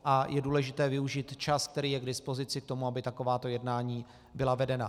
A je důležité využít čas, který je k dispozici k tomu, aby takováto jednání byla vedena.